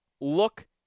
Look